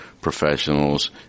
professionals